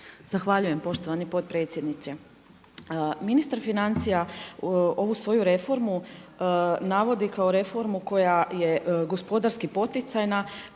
Zahvaljujem poštovani potpredsjedniče. Ministar financija ovu svoju reformu navodi kao reformu koja je gospodarski poticajna,